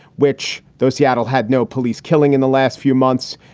which though seattle had no police killing in the last few months,